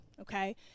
okay